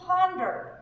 ponder